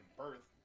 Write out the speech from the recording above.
birth